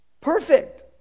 Perfect